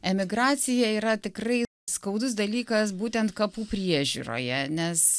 emigracija yra tikrai skaudus dalykas būtent kapų priežiūroje nes